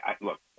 look